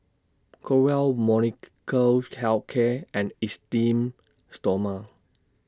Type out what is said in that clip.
Growell Molnylcke Health Care and Esteem Stoma